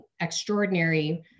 extraordinary